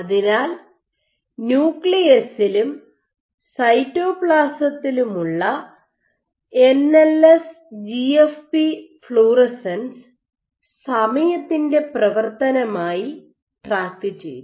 അതിനാൽ ന്യൂക്ലിയസിലും സൈറ്റോപ്ലാസത്തിലുമുള്ള N L S G F P fluorescence സമയത്തിൻ്റെ പ്രവർത്തനമായി ട്രാക്കു ചെയ്തു